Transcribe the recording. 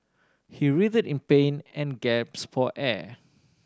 he writhed in pain and gasped for air